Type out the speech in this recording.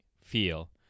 feel